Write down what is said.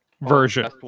version